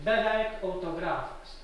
beveik autografas